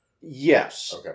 Yes